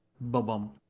Bum-bum